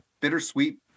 bittersweet